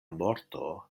morto